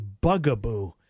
bugaboo